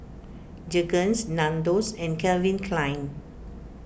Jergens Nandos and Calvin Klein